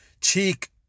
cheek